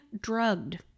drugged